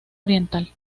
oriental